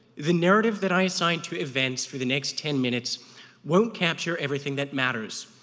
the narrative that i assign to events for the next ten minutes won't capture everything that matters,